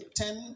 ten